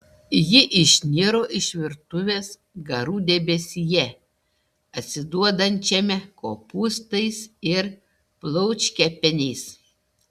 ji išniro iš virtuvės garų debesyje atsiduodančiame kopūstais ir plaučkepeniais